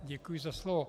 Děkuji za slovo.